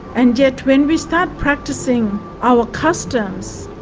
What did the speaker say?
and yet when we start practising our customs,